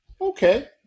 okay